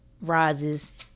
rises